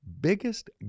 biggest